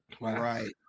Right